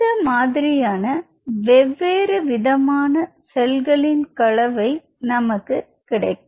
இந்த மாதிரியான வெவ்வேறு விதமான செல்களின் கலவை நமக்கு கிடைக்கும்